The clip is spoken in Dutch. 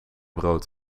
brood